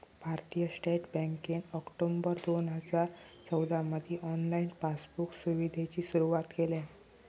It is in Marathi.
भारतीय स्टेट बँकेन ऑक्टोबर दोन हजार चौदामधी ऑनलाईन पासबुक सुविधेची सुरुवात केल्यान